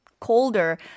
colder